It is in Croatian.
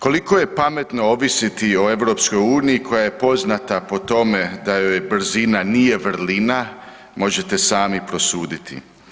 Koliko je pametno ovisiti o EU koja je poznata po tome da joj brzina nije vrlina, možete sami prosuditi.